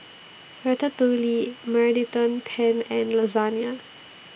Ratatouille Mediterranean Penne and Lasagne